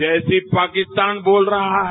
जैसी पाकिस्तान बोल रहा है